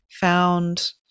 found